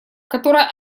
которая